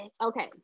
okay